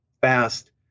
fast